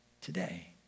today